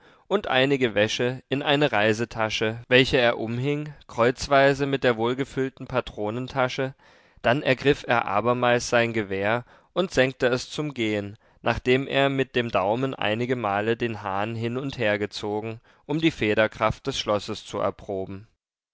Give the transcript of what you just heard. und einige wäsche in eine reisetasche welche er umhing kreuzweise mit der wohlgefüllten patrontasche dann ergriff er abermals sein gewehr und senkte es zum gehen nachdem er mit dem daumen einige male den hahn hin und her gezogen um die federkraft des schlosses zu erproben